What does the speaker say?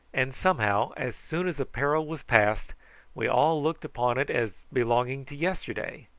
and somehow as soon as a peril was passed we all looked upon it as belonging to yesterday,